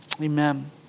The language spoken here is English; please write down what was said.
Amen